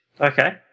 Okay